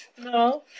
No